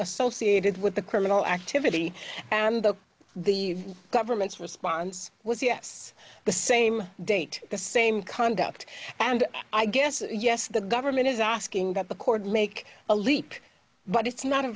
associated with the criminal activity and the the government's response was yes the same date the same conduct and i guess yes the government is asking that the court make a leap but it's not a